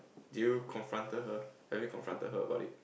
do you confronted her have you confronted her about it